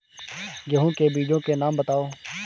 गेहूँ के बीजों के नाम बताओ?